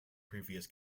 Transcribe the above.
previous